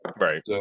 Right